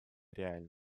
реальна